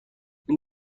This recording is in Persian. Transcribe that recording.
این